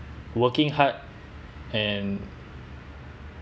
working hard and